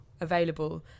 available